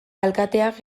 alkateak